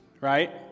right